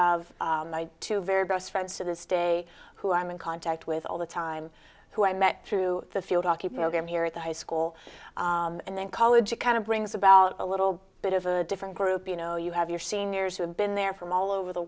have two very close friends to this day who i'm in contact with all the time who i met through the field hockey program here at the high school and then college it kind of brings about a little bit of a different group you know you have your seniors who have been there from all over the